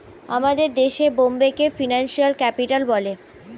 আমাদের দেশে বোম্বেকে ফিনান্সিয়াল ক্যাপিটাল বলে